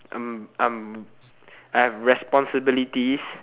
I'm I'm I have responsibilities